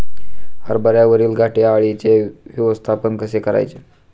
हरभऱ्यावरील घाटे अळीचे व्यवस्थापन कसे करायचे?